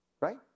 Right